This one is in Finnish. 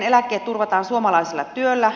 eläkkeet turvataan suomalaisella työllä